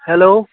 hello